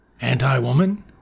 anti-woman